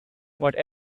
what